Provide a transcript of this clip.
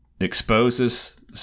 exposes